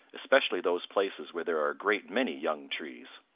especially those places where there are a great many young trees.